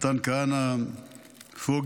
מתן כהנא ופוגל.